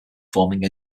forming